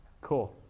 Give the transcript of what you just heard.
cool